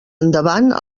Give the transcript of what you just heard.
endavant